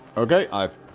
okay, i've